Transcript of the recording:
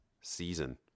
season